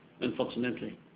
unfortunately